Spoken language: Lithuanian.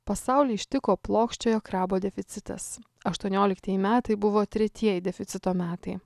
pasaulį ištiko plokščiojo krabo deficitas aštuonioliktieji metai buvo tretieji deficito metai